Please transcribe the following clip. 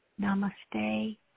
Namaste